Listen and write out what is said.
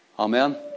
Amen